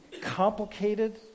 complicated